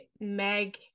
Meg